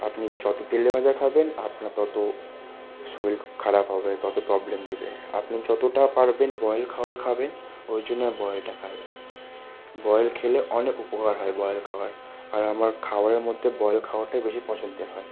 আপনি যত তেলে ভাজা খাবেন আপনার তত শরীর খারাপ হবে তত প্রবলেম দেবে আপনি যতটা পারবেন বয়েল খওয়ার খাবেন ওই জন্য আমি বয়েলটা খাই বয়েল খেলে অনেক উপকার হয় বয়েল খাওয়ার আর আমার খাবারের মধ্যে বয়েল খাওয়ারটাই বেশি পছন্দের হয়